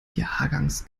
jahrgangs